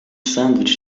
sandwich